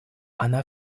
она